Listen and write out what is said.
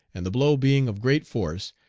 and the blow being of great force,